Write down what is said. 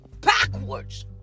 backwards